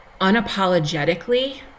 unapologetically